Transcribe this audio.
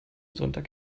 sonntag